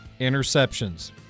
interceptions